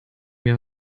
mir